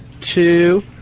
two